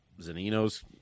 Zanino's